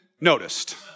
noticed